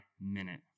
minute